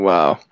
Wow